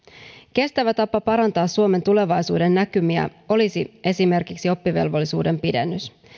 kestävä tapa parantaa suomen tulevaisuudennäkymiä olisi esimerkiksi oppivelvollisuuden pidennys